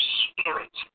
spirit